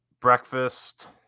breakfast